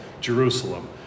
Jerusalem